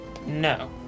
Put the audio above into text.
No